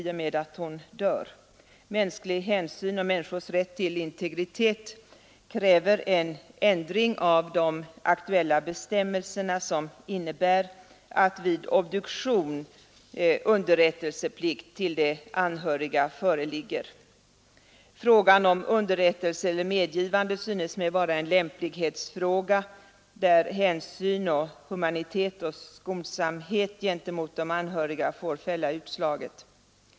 Mänsklig hänsyn och människors rätt till integritet kräver en ändring av de aktuella bestämmelserna som innebär att vid obduktion underrättelseplikt till de anhöriga föreligger. Frågan om ”underrättelse” eller ”medgivande” synes mig vara en lämplighetsfråga, där hänsyn, humanitet och skonsamhet gentemot de anhöriga får fälla utslaget.